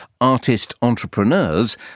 artist-entrepreneurs